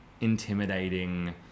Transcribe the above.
intimidating